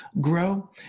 grow